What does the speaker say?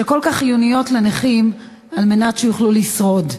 שהן כל כך חיוניות לנכים על מנת שיוכלו לשרוד,